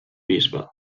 bisbe